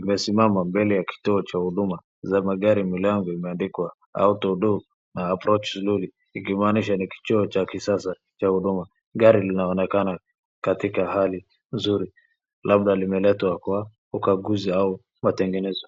imesimama mbele ya kituo cha huduma za magari. Milango imeandikwa auto-door na approach slowly ikimaanisha ni kituo cha kisasa cha huduma. Gari linaonekana katika hali nzuri labda limeletwa kwa ukaguzi au mategenezo.